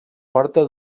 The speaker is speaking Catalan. porta